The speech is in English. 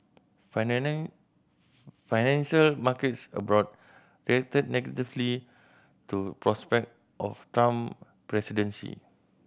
financial markets abroad reacted negatively to prospect of Trump presidency